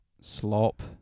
slop